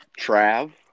Trav